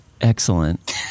Excellent